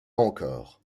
encore